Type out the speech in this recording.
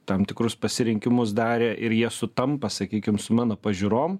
tam tikrus pasirinkimus darė ir jie sutampa sakykim su mano pažiūrom